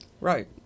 Right